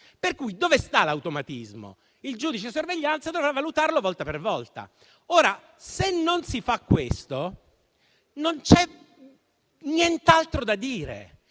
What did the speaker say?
Dove sta l'automatismo? Il giudice di sorveglianza dovrà valutare volta per volta. Ora, se non si fa questo, non c'è nient'altro da dire.